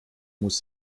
muss